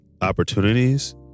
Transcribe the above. opportunities